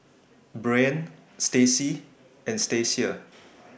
Breann Stacie and Stacia